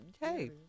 Hey